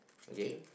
again